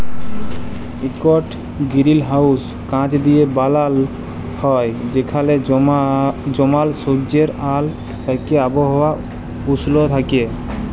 ইকট গিরিলহাউস কাঁচ দিঁয়ে বালাল হ্যয় যেখালে জমাল সুজ্জের আল থ্যাইকে আবহাওয়া উস্ল থ্যাইকে